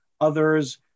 Others